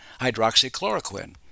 hydroxychloroquine